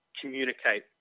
communicate